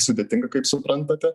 sudėtinga kaip suprantate